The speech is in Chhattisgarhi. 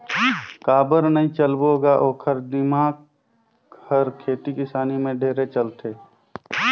काबर नई चलबो ग ओखर दिमाक हर खेती किसानी में ढेरे चलथे